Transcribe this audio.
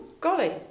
Golly